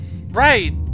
Right